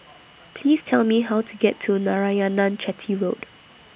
Please Tell Me How to get to Narayanan Chetty Road